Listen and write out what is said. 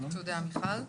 תודה, מיכל.